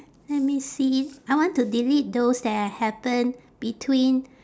let me see I want to delete those that happen between